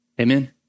Amen